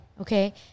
okay